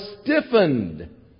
stiffened